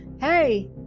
hey